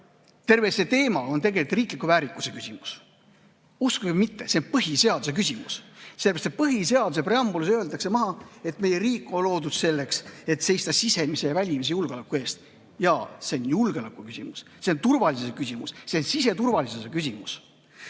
terve see teema on tegelikult riigi väärikuse küsimus. Uskuge või mitte, see on põhiseaduse küsimus. Põhiseaduse preambulis öeldakse, et meie riik on loodud selleks, et seista sisemise ja välimise julgeoleku eest. Jaa, see on julgeoleku küsimus, see on turvalisuse küsimus. See on siseturvalisuse küsimus.